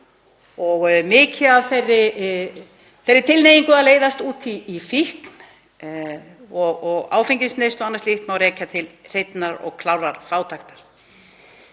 og mikið af þeirri tilhneigingu að leiðast út í fíkn og áfengisneyslu og annað slíkt til hreinnar og klárrar fátæktar.